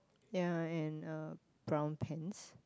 ya and uh brown pants